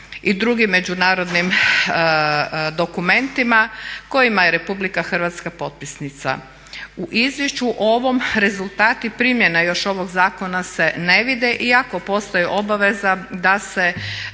i drugim međunarodnim dokumentima kojima je RH potpisnica. U izvješću o ovom rezultati primjena još ovog zakona se ne vide iako postoji obaveza da se